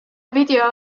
video